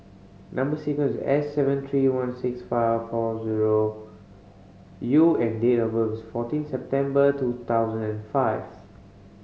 number sequence S seven three one six five four zero U and date of birth is fourteen September two thousand and fifth